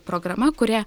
programa kurią